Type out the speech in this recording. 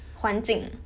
环境